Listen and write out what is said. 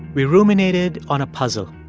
we ruminated on a puzzle.